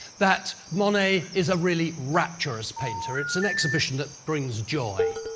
that monet is a really rapturous painter. it's an exhibition that brings joy.